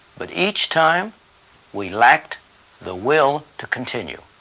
but each time we lacked the will to continue.